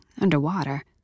underwater